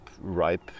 ripe